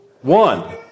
one